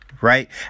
right